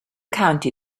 county